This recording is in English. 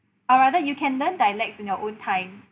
or rather you can learn dialects in your own time